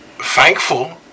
thankful